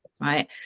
Right